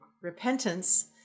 Repentance